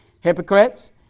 hypocrites